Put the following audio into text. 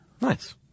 Nice